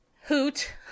hoot